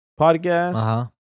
podcast